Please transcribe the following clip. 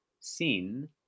sin